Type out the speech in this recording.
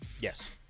Yes